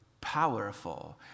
powerful